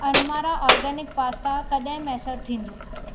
अनमरा organic pasta कॾहिं मुयसरु थींदो